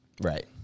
Right